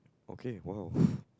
okay !wow!